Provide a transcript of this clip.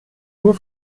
nur